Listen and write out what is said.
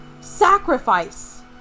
Sacrifice